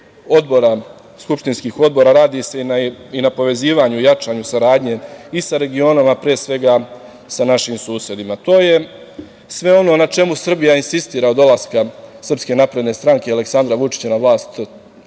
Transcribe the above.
pojedinih skupštinskih odbora radi se i na povezivanju i jačanju saradnje i sa regionom, a pre svega sa našim susedima. To je sve ono na čemu Srbija insistira od dolaska SNS i Aleksandra Vučića na vlast.